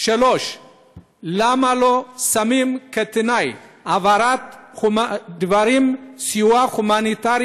3. למה לא שמים כתנאי להעברת סיוע הומניטרי